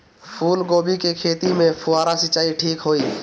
फूल गोभी के खेती में फुहारा सिंचाई ठीक होई?